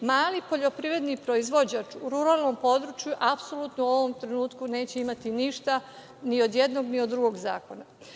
Mali poljoprivedni proizvođač u ruralnom području, apsolutno, u ovom trenutku neće imati ništa, ni od jednog ni od drugog zakona. Što